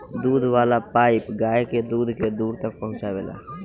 दूध वाला पाइप गाय के दूध के दूर तक पहुचावेला